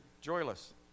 joyless